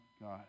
God